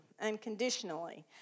unconditionally